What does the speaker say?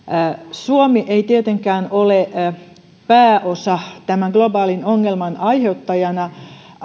suomi ei tietenkään ole pääosassa tämän globaalin ongelman aiheuttajana